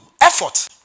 effort